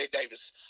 Davis